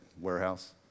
warehouse